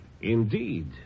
Indeed